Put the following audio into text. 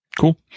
cool